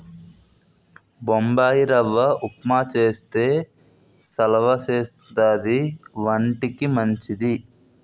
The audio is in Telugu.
బొంబాయిరవ్వ ఉప్మా చేస్తే సలవా చేస్తది వంటికి మంచిది